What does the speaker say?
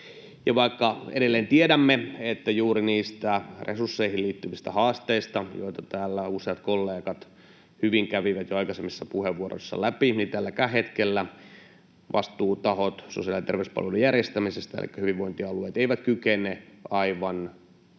Edelleen tiedämme, että juuri niistä resursseihin liittyvistä haasteista johtuen, joita täällä useat kollegat hyvin kävivät jo aikaisemmissa puheenvuoroissaan läpi, tälläkään hetkellä vastuutahot sosiaali- ja terveyspalvelujen järjestämisestä, elikkä hyvinvointialueet, eivät kykene aivan